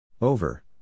Over